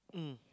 mm